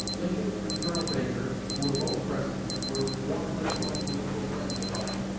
lincoln and colonel baker, who were both present and were warm personal and political friends of mine,